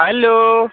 hello